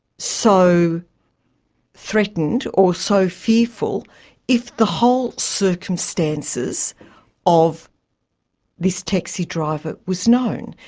so threatened or so fearful if the whole circumstances of this taxi driver was known.